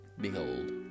Behold